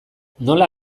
nola